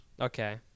Okay